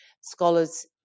scholars